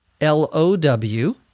L-O-W